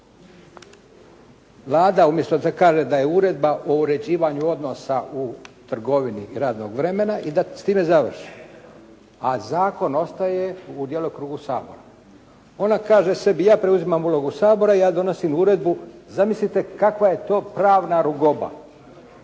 Vlada umjesto da kaže da je Uredba o uređivanju odnosa u trgovini i radnog vremena i da s time završi, a zakon ostaje u djelokrugu Sabora. Ona kaže sebi, ja preuzimam ulogu Sabora i ja donosim uredbu. Zamislite kakva je to pravna rugoba,